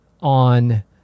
on